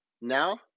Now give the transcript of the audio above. now